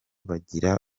bagira